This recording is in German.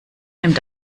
nimmt